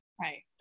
right